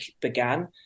began